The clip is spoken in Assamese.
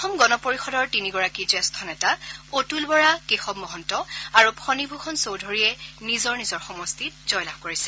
অসম গণ পৰিষদৰ তিনিগৰাকী জ্যোষ্ঠ নেতা অতুল বৰা কেশৱ মহন্ত আৰু ফনীভ়ষণ চৌধুৰীয়ে নিজৰ নিজৰ সমষ্টিত জয়লাভ কৰিছে